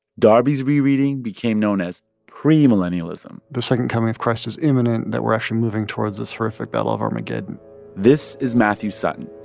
darby's rereading became known as premillennialism the second coming of christ is imminent that we're actually moving towards this horrific battle of armageddon this is matthew sutton.